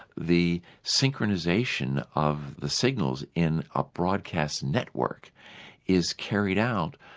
the synchronisation of the signals in a broadcast network is carried out,